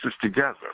together